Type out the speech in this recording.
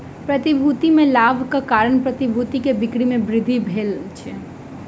प्रतिभूति में लाभक कारण प्रतिभूति के बिक्री में वृद्धि भेल अछि